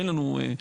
אין לנו,